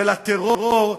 ולטרור,